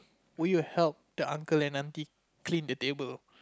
will you help the uncle and aunty clean the table